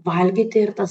valgyti ir tas